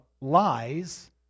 lies